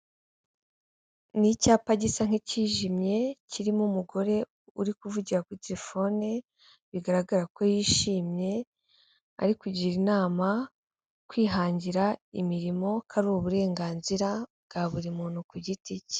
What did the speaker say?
Ni icyapa gisa nk'icyijimye kirimo umugore uri kuvugira kuri telefone bigaragara ko yishimye, ari kugira inama kwihangira imirimo ko ari uburenganzira bwa buri muntu ku giti cye.